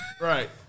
right